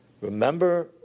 Remember